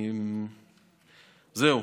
זהו.